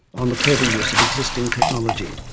on the clever use of existing technology.